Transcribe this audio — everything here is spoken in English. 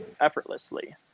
effortlessly